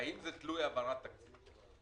והאם זה תלוי בהעברת התקציב?